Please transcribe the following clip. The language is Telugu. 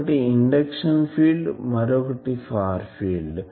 ఒకటి ఇండక్షన్ ఫీల్డ్ మరొకటి ఫార్ ఫీల్డ్